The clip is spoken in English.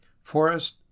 Forest